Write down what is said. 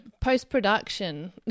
Post-production